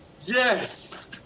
Yes